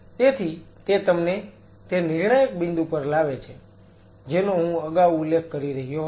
તેથી તે તમને તે નિર્ણાયક બિંદુ પર લાવે છે જેનો હું અગાઉ ઉલ્લેખ કરી રહ્યો હતો